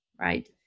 right